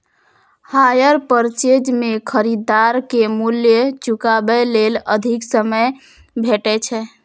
hire purchase मे खरीदार कें मूल्य चुकाबै लेल अधिक समय भेटै छै